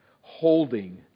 holding